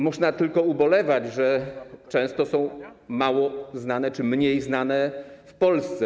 Można tylko ubolewać, że często są mało czy mniej znane w Polsce.